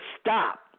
stop